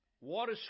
water